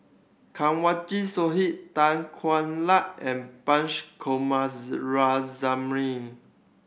Kanwaljit Tan Hwa Luck and Punch